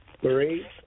Three